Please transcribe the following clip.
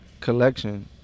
collection